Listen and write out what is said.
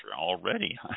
already